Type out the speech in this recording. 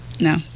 No